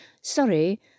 sorry